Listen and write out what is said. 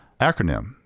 acronym